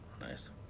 Nice